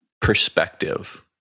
perspective